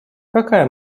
какая